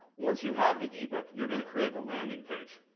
once you have the ebook you're going to create a landing page.